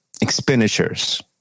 expenditures